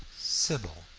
sybil,